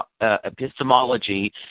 epistemology